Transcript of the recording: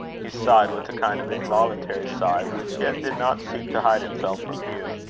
he sighed with a kind of involuntary sigh, which yet did not seek to hide itself from hugh.